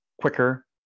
quicker